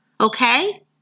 Okay